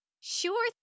Sure